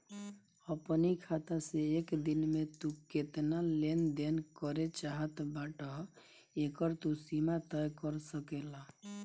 अपनी खाता से एक दिन में तू केतना लेन देन करे चाहत बाटअ एकर तू सीमा तय कर सकेला